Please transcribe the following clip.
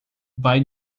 vai